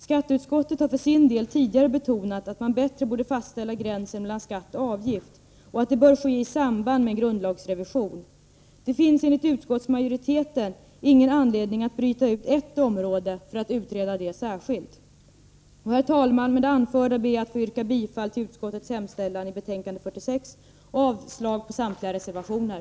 Skatteutskottet har för sin del tidigare betonat att man mera tydligt borde fastställa gränsen mellan skatt och avgift och att det bör ske i samband med en grundlagsrevision. Det finns enligt utskottsmajoriteten ingen anledning att bryta ut ett område för att utreda det särskilt. Herr talman! Med det anförda ber jag att få yrka bifall till utskottets hemställan i betänkande 46 och avslag på samtliga reservationer.